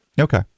Okay